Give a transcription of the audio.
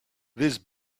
this